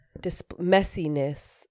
messiness